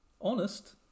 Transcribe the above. Honest